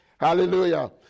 Hallelujah